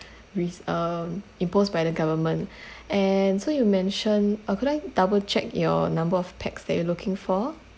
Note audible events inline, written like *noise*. res~ um imposed by the government *breath* and so you mentioned uh could I double check your number of pax that you looking for